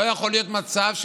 לא יכול להיות מצב,